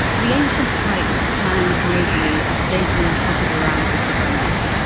the ancient pipes clang noisily as jason puts it around the kitchenette.